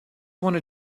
wanted